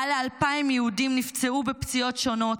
מעל ל-2,000 יהודים נפצעו בפציעות שונות,